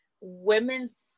women's